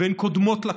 והן קודמות לכול.